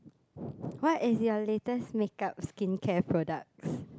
what is your latest makeup skincare products